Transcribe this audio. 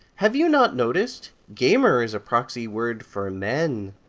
have you not noticed? gamer is a proxy word for men.